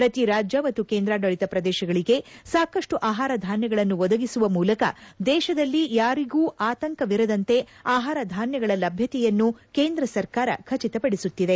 ಪ್ರತಿ ರಾಜ್ಯ ಮತ್ತು ಕೇಂದ್ರಾಡಳಿತ ಪ್ರದೇಶಗಳಿಗೆ ಸಾಕಷ್ನು ಆಹಾರ ಧಾನ್ಯಗಳನ್ನು ಒದಗಿಸುವ ಮೂಲಕ ದೇಶದಲ್ಲಿ ಯಾರಿಗೂ ಆತಂಕವಿರದಂತೆ ಆಹಾರ ಧಾನ್ಯಗಳ ಲಭ್ಯತೆಯನ್ನು ಕೇಂದ್ರ ಸರ್ಕಾರ ಖಚಿತಪಡಿಸುತ್ತಿದೆ